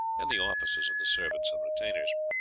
and the offices of the servants and retainers.